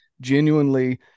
genuinely